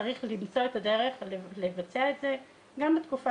צריך למצוא את הדרך לבצע את זה גם בתקופה